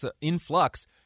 influx